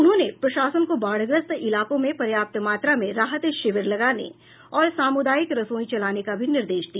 उन्होंने प्रशासन को बाढ़ग्रस्त इलाकों में पर्याप्त मात्रा में राहत शिविर लगाने और सामुदायिक रसोई चलाने का भी निर्देश दिया